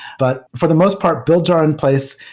but for the most part, builds are in place.